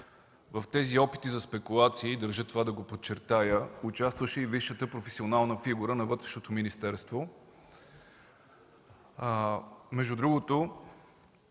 В тези опити за спекулации, това държа да го подчертая, участваше и висшата професионална фигура на Вътрешното министерство. Между другото